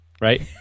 right